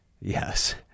Yes